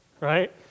right